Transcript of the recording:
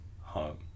home